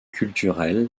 culturelles